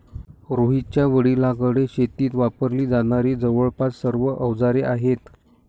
रोहितच्या वडिलांकडे शेतीत वापरली जाणारी जवळपास सर्व अवजारे आहेत